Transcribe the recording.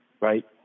right